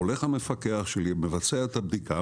הולך המפקח שלי ומבצע את הבדיקה,